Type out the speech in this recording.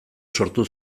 sortu